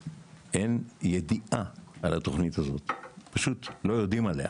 שאין ידיעה על התוכנית הזאת ופשוט לא יודעים עליה